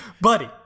Buddy